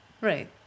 Right